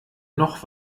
noch